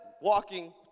walking